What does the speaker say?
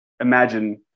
imagine